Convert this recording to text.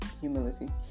humility